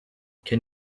can